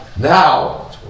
Now